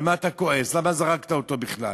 על מה אתה כועס, למה זרקת אותו בכלל.